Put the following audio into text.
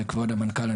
וכבוד המנכ"ל,